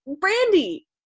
Brandy